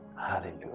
Hallelujah